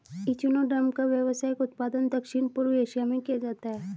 echinoderm का व्यावसायिक उत्पादन दक्षिण पूर्व एशिया में किया जाता है